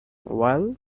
well